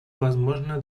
возможное